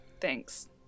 Thanks